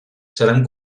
seran